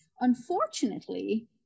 Unfortunately